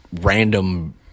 random